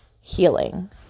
healing